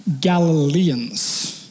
Galileans